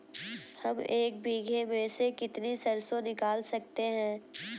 हम एक बीघे में से कितनी सरसों निकाल सकते हैं?